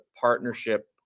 partnership